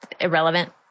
Irrelevant